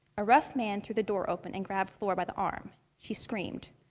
a rough man thew the door open and grabbed flor by the arm. she screamed.